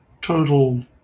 total